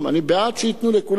אני בעד שייתנו לכולם.